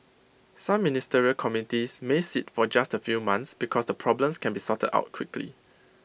some ministerial committees may sit for just A few months because the problems can be sorted out quickly